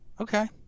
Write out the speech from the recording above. Okay